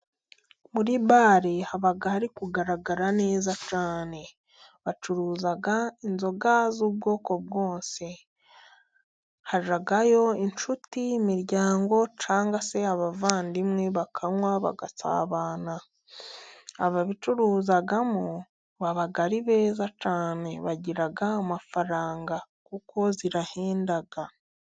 Muri bare haba hari kugaragara neza cyane, bacuruza inzoga z'ubwoko bwose, hajyayo inshuti imiryango cyangwa se abavandimwe bakanwa bagasabana, ababicuruzamo baba ari beza cyane bagira amafaranga kuko zirahenda.